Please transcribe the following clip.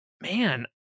Man